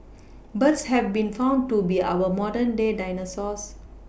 birds have been found to be our modern day dinosaurs